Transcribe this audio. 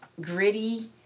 gritty